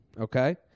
Okay